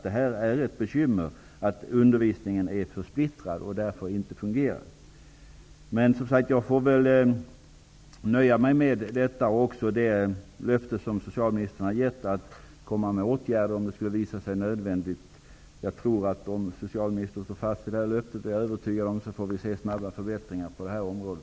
Det är ett bekymmer att undervisningen är så splittrad och därför inte fungerar. Jag får väl nöja mig med detta svar och det löfte som socialministern har gett om att åtgärder skall vidtas om det skulle visa sig nödvändigt. Om socialministern står fast vid detta löfte, och det är jag övertygad om, får vi se snara förbättringar på detta område.